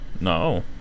No